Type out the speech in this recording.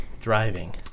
driving